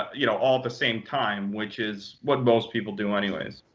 you know all at the same time, which is what most people do anyways.